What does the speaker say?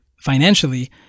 financially